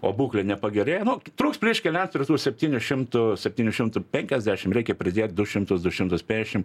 o būklė nepagerėja nu truks plyš keliams prie tų septynių šimtų septynių šimtų penkiasdešim reikia pridėt du šimtus du šimtus pėšim